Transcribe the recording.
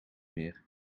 meer